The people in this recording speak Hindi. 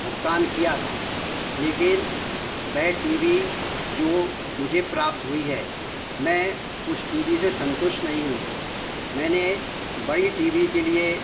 भुगतान किया था लेकिन वह टी वी जो मुझे प्राप्त हुई है मैं उस टी बी से संतुष्ट नही हूँ मैंने बड़ी टी वी के लिए